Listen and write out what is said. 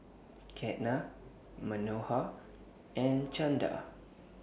Ketna Manohar and Chanda